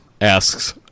asks